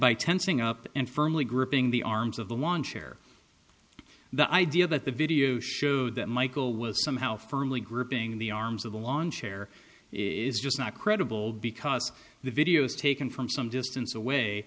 by tensing up and firmly gripping the arms of the one chair the idea that the video showed that michael was somehow firmly gripping the arms of the lawn chair is just not credible because the video is taken from some distance away